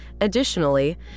Additionally